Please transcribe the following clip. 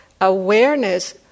awareness